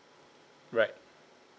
right